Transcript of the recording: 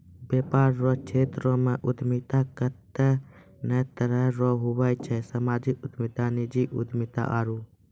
वेपार रो क्षेत्रमे उद्यमिता कत्ते ने तरह रो हुवै छै सामाजिक उद्यमिता नीजी उद्यमिता आरु